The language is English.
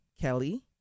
kelly